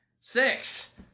Six